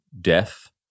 death